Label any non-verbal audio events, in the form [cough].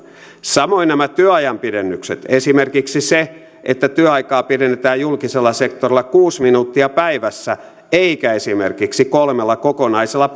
samoin nämä työajan pidennykset esimerkiksi se että työaikaa pidennetään julkisella sektorilla kuusi minuuttia päivässä eikä esimerkiksi kolmella kokonaisella [unintelligible]